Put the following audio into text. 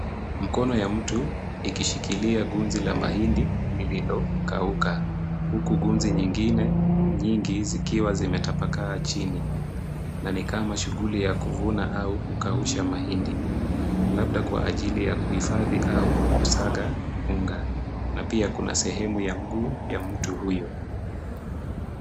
Mkono ya mtu ikishikilia gunzi la mahindi liliyokauka, huku gunzi nyingine nyingi zikiwa zimetapakaa chini, na ni kama ni shughuli ya kuvuna au kukausha mahindi, labda kwa ajili ya kuhifadhi au kusaga unga, na pia kuna sehemu ya mguu ya mtu huyo.